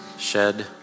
Shed